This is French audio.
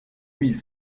mille